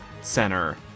center